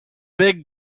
big